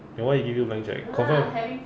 then why he give you blank cheque confirm